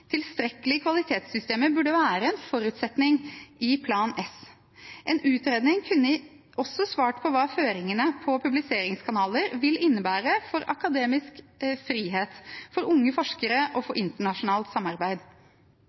kvalitetssystemer burde være en forutsetning i Plan S. En utredning kunne også svart på hva føringene på publiseringskanaler vil innebære for akademisk frihet, for unge forskere og for internasjonalt samarbeid.